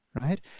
right